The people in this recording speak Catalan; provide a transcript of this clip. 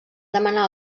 demanar